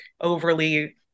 overly